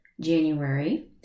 January